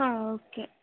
ಹಾಂ ಓಕೆ